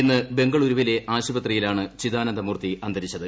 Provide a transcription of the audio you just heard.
ഇന്ന് ബംഗളൂരുവിലെ ആശുത്രിയിലാണ് ചിദാനന്ദ മൂർത്തി അന്തരിച്ചത്